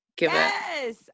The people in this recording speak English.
Yes